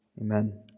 Amen